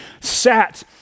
sat